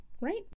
right